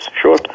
sure